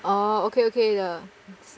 orh okay okay 的